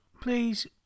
please